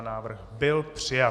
Návrh byl přijat.